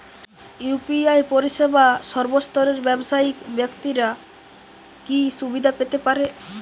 UPI পরিসেবা সর্বস্তরের ব্যাবসায়িক ব্যাক্তিরা কি সুবিধা পেতে পারে?